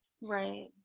Right